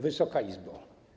Wysoka Izbo!